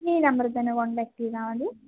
ഈ നമ്പറിൽ തന്നെ കോൺടാക്ട് ചെയ്താൽ മതി